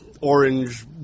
orange